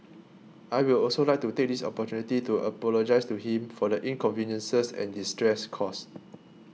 I will also like to take this opportunity to apologise to him for the inconveniences and distress caused